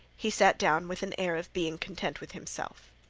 he sat down with an air of being content with himself.